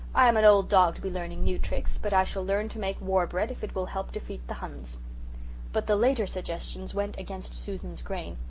i am an old dog to be learning new tricks, but i shall learn to make war bread if it will help defeat the huns but the later suggestions went against susan's grain.